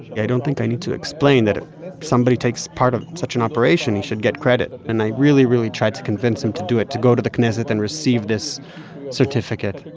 yeah i don't think i need to explain that if somebody takes part of such an operation, he should get credit. and i really, really tried to convince him to do it to go to the knesset and receive this certificate.